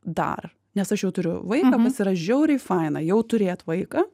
dar nes aš jau turiu vaiką kas yra žiauriai faina jau turėt vaiką